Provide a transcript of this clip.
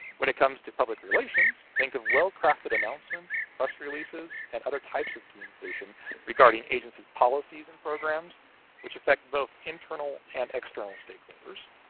when it comes to public relations, think of well-crafted announcements, press releases, and other types of communication regarding agency policies and programs which affect both internal and external stakeholders.